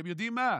אתם יודעים מה?